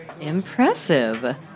Impressive